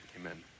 Amen